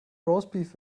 roastbeef